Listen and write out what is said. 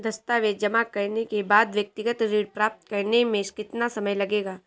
दस्तावेज़ जमा करने के बाद व्यक्तिगत ऋण प्राप्त करने में कितना समय लगेगा?